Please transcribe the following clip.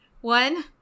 One